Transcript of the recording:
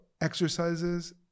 exercises